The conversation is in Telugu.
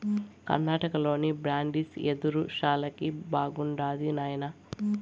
కర్ణాటకలోని బ్రాండిసి యెదురు శాలకి బాగుండాది నాయనా